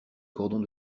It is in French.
cordons